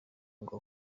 ngo